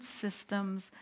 systems